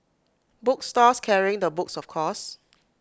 book stores carrying the books of course